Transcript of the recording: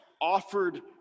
offered